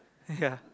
ya